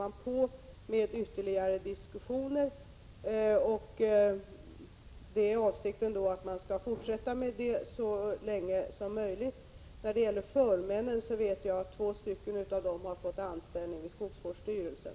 Det pågår ytterligare diskussioner, och avsikten är att fortsätta så länge som möjligt. Två av förmännen har fått anställning vid skogsvårdsstyrelsen.